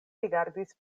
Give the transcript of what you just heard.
rigardis